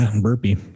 burpee